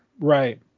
right